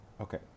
Okay